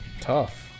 tough